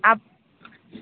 ଆପ